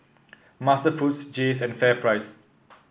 MasterFoods Jays and FairPrice